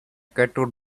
cattle